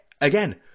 Again